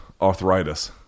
arthritis